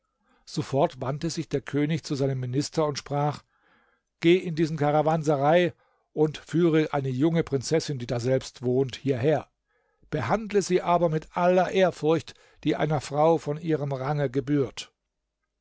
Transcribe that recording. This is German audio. sofort wandte sich der könig zu seinem minister und sprach geh in diesen karawanserei und führe eine junge prinzessin die daselbst wohnt hierher behandle sie aber mit aller ehrfurcht die einer frau von ihrem range gebührt